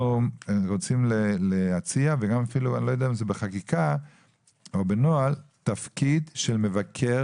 אנחנו רוצים להציע אני לא יודע אם בחקיקה או בנוהל תפקיד של מבקר